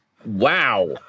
Wow